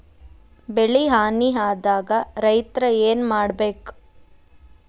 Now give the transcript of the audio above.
ಬೆಳಿ ಹಾನಿ ಆದಾಗ ರೈತ್ರ ಏನ್ ಮಾಡ್ಬೇಕ್?